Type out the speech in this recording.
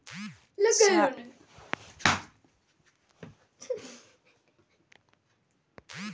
क्षारीय मिट्टी कहां पर अत्यधिक मात्रा में पाई जाती है?